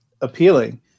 appealing